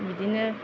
बिदिनो